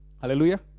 hallelujah